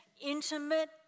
intimate